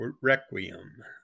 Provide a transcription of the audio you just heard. requiem